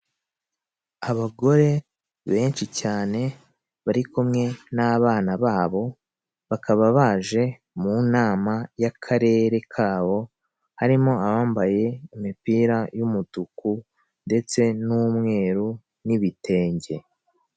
Abagore benshi cyane bari kumwe n'abana babo, bakaba baje mu nama y'akarere kabo, harimo abambaye imipira y'umutuku ndetse n'umweru n'ibitenge.